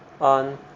on